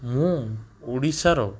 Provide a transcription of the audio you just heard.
ମୁଁ ଓଡ଼ିଶାର